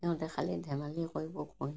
সিহঁতে খালি ধেমালি কৰিব পঢ়িব